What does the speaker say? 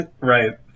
Right